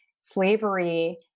slavery